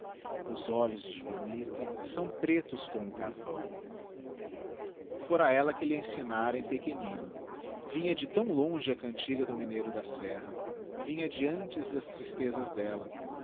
os olhos de joanita são pretos como carvão fora ella que lh'a ensinara em pequenino vinha de tão longe a cantiga do mineiro da serra vinha de antes das tristezas della